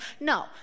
No